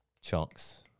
chunks